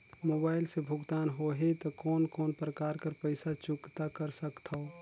Mobile से भुगतान होहि त कोन कोन प्रकार कर पईसा चुकता कर सकथव?